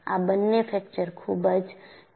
આ બંને ફ્રેક્ચર ખૂબ જ ઝડપી છે